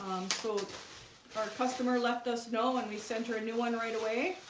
so our customer left us know and we sent her a new one right away